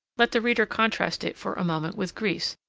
let the reader contrast it for a moment with greece,